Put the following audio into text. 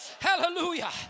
Hallelujah